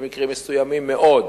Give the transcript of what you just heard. במקרים מסוימים מאוד,